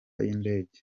y’indege